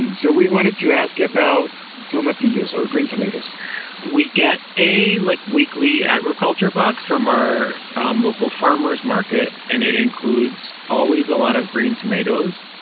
so we wanted to ask about tomatillos, or green tomatoes we get a like weekly agriculture box from our um local farmer's market, and it includes always a lot of green tomatoes,